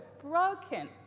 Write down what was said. broken